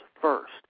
first